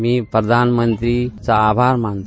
मी प्रधानमंत्रीचा आभार मानतो